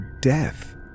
death